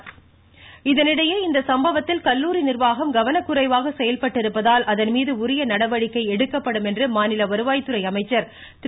உதயகுமார் இதனிடையே இச்சம்பவத்தில் கல்லுாரி நிர்வாகம் கவனக்குறைவாக செயல்பட்டிருப்பதால் அதன்மீது உரிய நடவடிக்கை எடுக்கப்படும் என்று மாநில வருவாய்துறை அமைச்சர் திரு